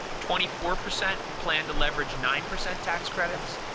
twenty four percent plan to leverage nine percent tax credits,